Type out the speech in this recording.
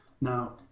now